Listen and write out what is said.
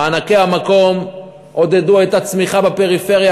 מענקי המקום עודדו את הצמיחה בפריפריה.